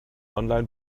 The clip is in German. online